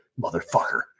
motherfucker